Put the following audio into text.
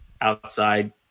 outside